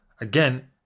again